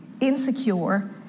insecure